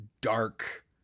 dark